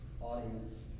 audience